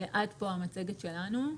עד פה המצגת שלנו.